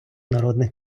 народних